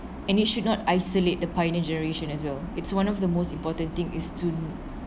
and it should not isolate the pioneer generation as well it's one of the most important thing is to